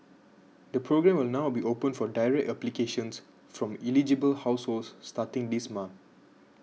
the programme will now be open for direct applications from eligible households starting this month